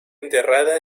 enterrada